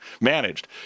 managed